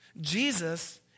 Jesus